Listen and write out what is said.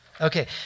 Okay